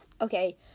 okay